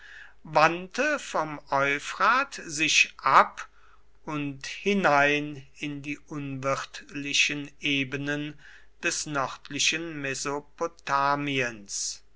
wandte vom euphrat sich ab und hinein in die unwirtlichen ebenen des nördlichen mesopotamiens